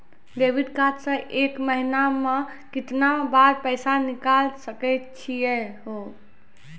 Debit card से एक महीना मा केतना बार पैसा निकल सकै छि हो?